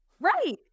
right